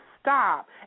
stop